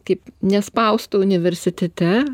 taip nespaustų universitete